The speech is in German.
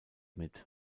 mit